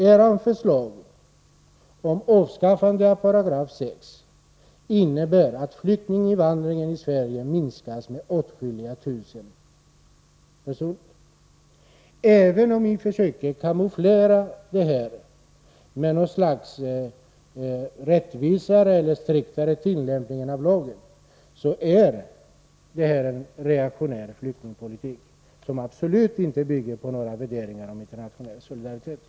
Era förslag om avskaffande av 6 § betyder att flyktinginvandringen till Sverige minskas med åtskilliga tusen personer. Även om ni försöker kamouflera det med något slags rättvisare eller striktare tillämpning av lagen, är detta en reaktionär flyktingpolitik som absolut inte bygger på några värderingar om internationell solidaritet.